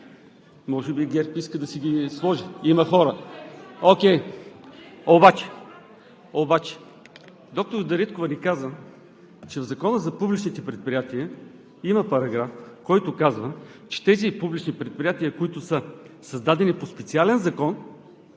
Може би ГЕРБ иска да си ги сложи и има хора. (Шум и реплики от ГЕРБ.) Окей, обаче доктор Дариткова ни каза, че в Закона за публичните предприятия има параграф, който казва, че тези публични предприятия, които са създадени по специален закон,